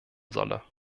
solle